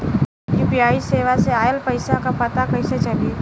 UPI सेवा से ऑयल पैसा क पता कइसे चली?